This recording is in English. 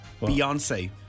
Beyonce